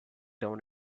down